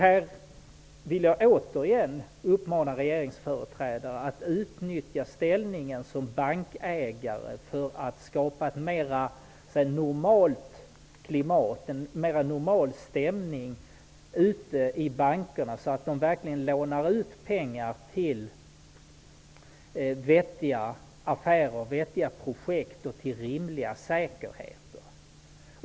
Jag vill återigen uppmana regeringsföreträdare att utnyttja ställningen som bankägare för att skapa ett mer normalt klimat, en mera normal stämning, ute i bankerna, så att de verkligen lånar ut pengar till vettiga affärer och vettiga projekt, till rimliga säkerheter.